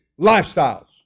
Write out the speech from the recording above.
lifestyles